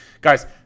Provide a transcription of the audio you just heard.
guys